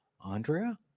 Andrea